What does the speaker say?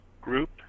Group